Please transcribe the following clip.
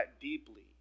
deeply